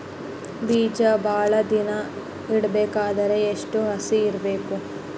ಬೇಜ ಭಾಳ ದಿನ ಇಡಬೇಕಾದರ ಎಷ್ಟು ಹಸಿ ಇರಬೇಕು?